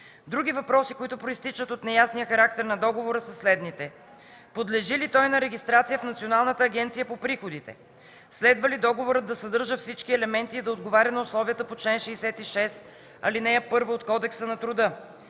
Други въпроси, които произтичат от неясния характер на договора, са следните: подлежи ли той на регистрация в Националната агенция по приходите; следва ли договорът да съдържа всички елементи и да отговаря на условията по чл. 66, ал.1 от Кодекса на труда;